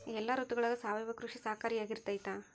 ಎಲ್ಲ ಋತುಗಳಗ ಸಾವಯವ ಕೃಷಿ ಸಹಕಾರಿಯಾಗಿರ್ತೈತಾ?